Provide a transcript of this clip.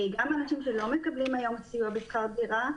גם אנשים שלא מקבלים היום סיוע בשכר דירה,